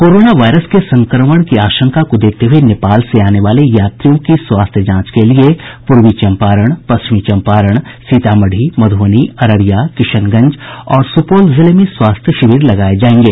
corona virus से संक्रमण की आशंका को देखते हुये नेपाल से आने वाले यात्रियों की स्वास्थ्य जांच के लिए पूर्वी चम्पारण पश्चिमी चम्पारण सीतामढ़ी मध्रबनी अररिया किशनगंज और सुपौल जिले में स्वास्थ्य शिविर लगाये जायेंगे